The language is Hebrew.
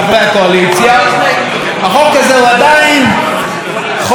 החוק הזה הוא עדיין חוק רע,